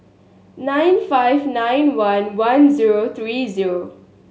nine five nine one one zero three zero